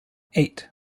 eight